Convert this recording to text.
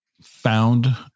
found